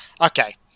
Okay